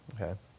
Okay